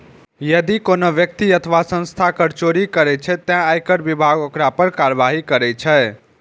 यदि कोनो व्यक्ति अथवा संस्था कर चोरी करै छै, ते आयकर विभाग ओकरा पर कार्रवाई करै छै